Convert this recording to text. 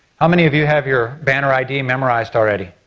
how many of you have your banner id memorized already?